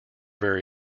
very